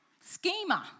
schemer